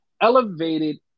elevated